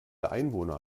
einwohner